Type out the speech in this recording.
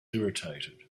irritated